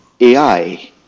AI